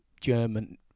german